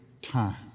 Time